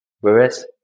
Whereas